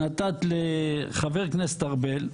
שנתת לחבר הכנסת ארבל,